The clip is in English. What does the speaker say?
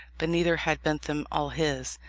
but neither had bentham all his.